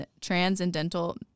transcendental